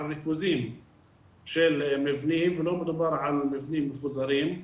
ריכוזים של מבנים ולא מדובר על מבנים מפוזרים,